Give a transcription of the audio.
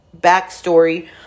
backstory